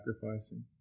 sacrificing